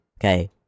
Okay